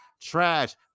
trash